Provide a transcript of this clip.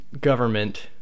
government